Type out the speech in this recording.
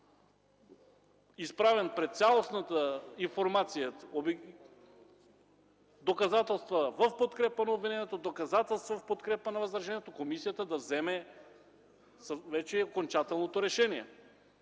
изправена пред цялостната информация – доказателства в подкрепа на обвинението, доказателства в подкрепа на възражението, комисията да вземе окончателното решение.